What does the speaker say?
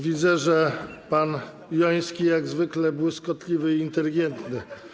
Widzę, że pan Joński jak zwykle błyskotliwy i inteligentny.